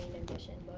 ambition,